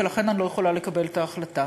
ולכן אני לא יכולה לקבל את ההחלטה.